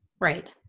right